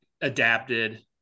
adapted